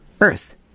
earth